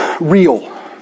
real